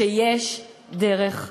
שיש דרך אחרת.